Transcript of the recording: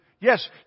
yes